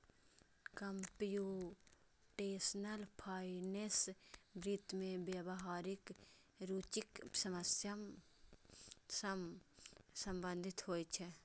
computational finance वित्त मे व्यावहारिक रुचिक समस्या सं संबंधित होइ छै